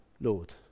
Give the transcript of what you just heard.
Lord